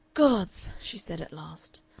gods, she said, at last,